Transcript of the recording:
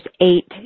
eight